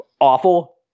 awful